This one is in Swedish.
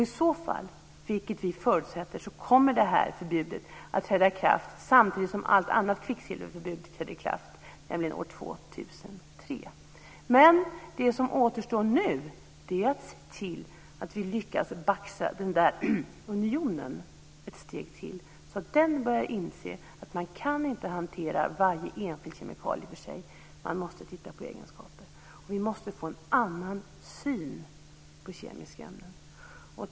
I så fall, vilket vi förutsätter, kommer det här förbudet att träda i kraft samtidigt som alla andra kvicksilverförbud träder i kraft, nämligen år 2003. Det som återstår nu är att se till att vi lyckas baxa den där unionen ett steg till så att den börjar inse att man inte kan hantera varje enskild kemikalie för sig. Man måste titta på egenskaperna. Vi måste få en annan syn på kemiska ämnen.